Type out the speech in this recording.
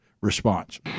response